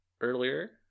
earlier